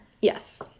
Yes